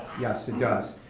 yes it does.